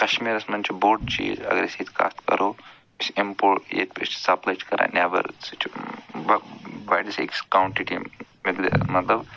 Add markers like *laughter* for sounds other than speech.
کَشمیٖرَس منٛز چھِ بوٚڈ چیٖز اگر أسۍ ییٚتہِ کَتھ کَرَو أسۍ اِمپو ییٚتہِ پٮ۪ٹھ چھِ سَپلٕے چھِ کران نٮ۪بَر سُہ چھِ مطلب واریاہَس أکِس کاونٛٹہٕ کِنۍ *unintelligible* مطلب